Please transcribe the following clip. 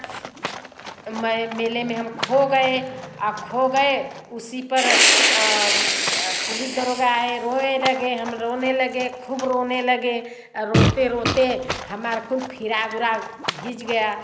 मैं मेले में हम खो गए आप खो गए उसी पर पुलिस दरोगा आए रोए लगे हम रोने लगे खूब रोने लगे रोते रोते हमार खूब फिराग उराग भीग गया